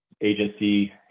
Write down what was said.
agency